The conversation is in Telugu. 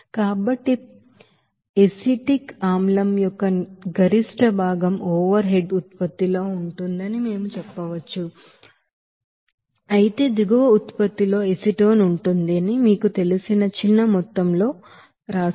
కాబట్టి ఎసిటిక్ ఆమ్లం యొక్క గరిష్ట భాగం ఓవర్ హెడ్ ఉత్పత్తిలో ఉంటుందని మేము చెప్పవచ్చు అయితే దిగువ ఉత్పత్తిలో ఎసిటోన్ ఉంటుందని మీకు తెలిసిన చిన్న మొత్తంలో మీకు తెలుసు